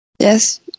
Yes